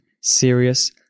serious